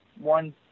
one